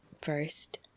First